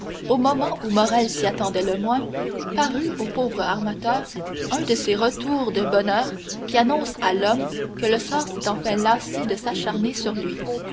au moment où morrel s'y attendait le moins parut au pauvre armateur un de ces retours de bonheur qui annoncent à l'homme que le sort s'est enfin lassé de s'acharner sur lui